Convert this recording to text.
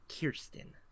Kirsten